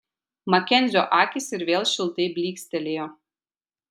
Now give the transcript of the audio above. makenzio akys ir vėl šiltai blykstelėjo